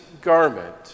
garment